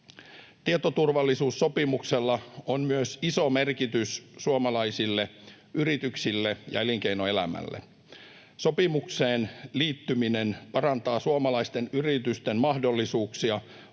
Tietoturvallisuussopimuksella on iso merkitys myös suomalaisille yrityksille ja elinkeinoelämälle. Sopimukseen liittyminen parantaa suomalaisten yritysten mahdollisuuksia